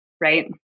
right